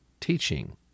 teaching